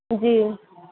जी